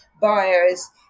buyers